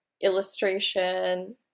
illustration